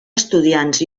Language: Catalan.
estudiants